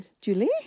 Julie